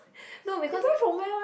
no because